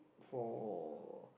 for